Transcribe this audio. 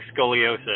scoliosis